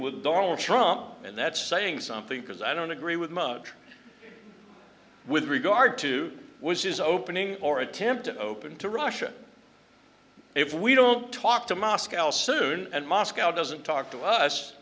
with donald trump and that's saying something because i don't agree with much with regard to was his opening or attempt to open to russia if we don't talk to moscow soon and moscow doesn't talk to us